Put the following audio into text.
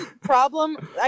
problem